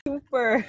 Super